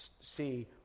see